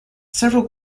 several